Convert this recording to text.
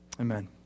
Amen